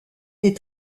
des